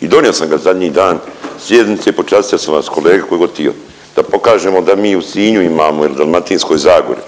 i donio sam ga zadnji dan sjednice i počastio sam vas kolege tko je god htio, da pokažemo da mi u Sinju imamo il Dalmatinskoj zagori,